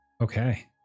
Okay